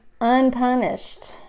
unpunished